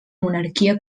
monarquia